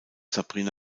sabrina